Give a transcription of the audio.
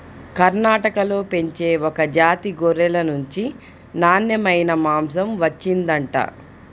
కర్ణాటకలో పెంచే ఒక జాతి గొర్రెల నుంచి నాన్నెమైన మాంసం వచ్చిండంట